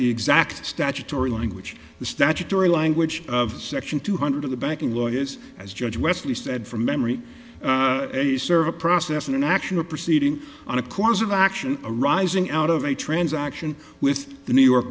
the exact statutory language the statutory language of section two hundred of the banking lawyers as judge wesley said from memory a server process and an action of proceeding on a course of action arising out of a transaction with the new york